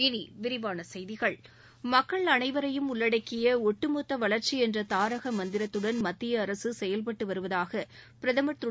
இனி விரிவான செய்திகள் மக்கள் அளைவரையும் உள்ளடக்கிய ஒட்டுமொத்த வளர்ச்சி என்ற தாரக மந்திரத்துடன் மத்திய அரசு செயல்பட்டு வருவதாக பிரதமர் திரு